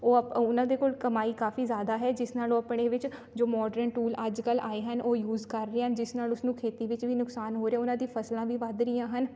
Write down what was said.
ਉਹ ਆ ਉਹਨਾਂ ਦੇ ਕੋਲ ਕਮਾਈ ਕਾਫੀ ਜ਼ਿਆਦਾ ਹੈ ਜਿਸ ਨਾਲ ਉਹ ਆਪਣੇ ਵਿੱਚ ਜੋ ਮੋਡਰਨ ਟੂਲ ਅੱਜ ਕੱਲ੍ਹ ਆਏ ਹਨ ਉਹ ਯੂਜ਼ ਕਰ ਰਹੇ ਹਨ ਜਿਸ ਨਾਲ ਉਸਨੂੰ ਖੇਤੀ ਵਿੱਚ ਵੀ ਨੁਕਸਾਨ ਹੋ ਰਿਹਾ ਉਹਨਾਂ ਦੀ ਫਸਲਾਂ ਦੀ ਵੱਧ ਰਹੀਆਂ ਹਨ